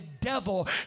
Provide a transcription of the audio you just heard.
devil